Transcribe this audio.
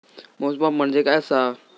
मोजमाप म्हणजे काय असा?